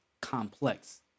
complex